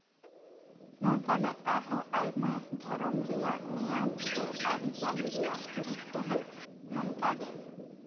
ᱱᱚᱝᱠᱟᱱᱟᱜ ᱟᱨᱦᱚᱸ ᱟᱭᱢᱟ ᱫᱷᱚᱨᱚᱢ ᱨᱮᱭᱟᱜ ᱱᱮᱭᱟᱢ ᱥᱮ ᱟᱹᱨᱤᱪᱟᱹᱞᱤ ᱨᱮᱭᱟᱜ ᱜᱩᱨᱩᱛᱛᱚ ᱦᱚᱸ ᱱᱚᱝᱠᱟ ᱜᱮ